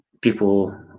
people